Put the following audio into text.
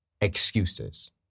excuses